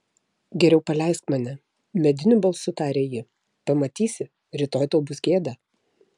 geriau paleisk mane mediniu balsu tarė ji pamatysi rytoj tau bus gėda